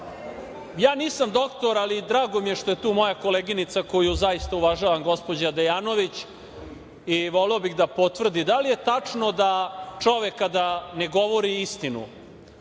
nisam doktor, ali drago mi je što je tu moja koleginica koju zaista uvažavam, gospođa Dejanović, i voleo bih da potvrdi da li je tačno da čovek kada ne govori istinu